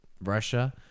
Russia